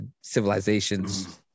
civilization's